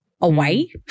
away